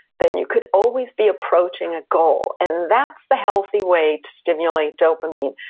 then you could always be approaching a goal, and that's the healthy way to stimulate dopamine.